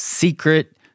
Secret